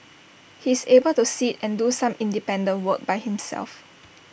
he's able to sit and do some independent work by himself